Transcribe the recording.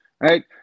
right